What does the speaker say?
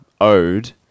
owed